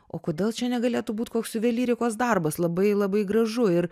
o kodėl čia negalėtų būt koks juvelyrikos darbas labai labai gražu ir